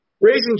Raising